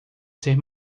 ser